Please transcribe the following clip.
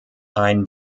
ein